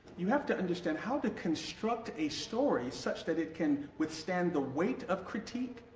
you have to understand how to construct a story such that it can withstand the weight of critique,